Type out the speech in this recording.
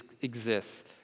exists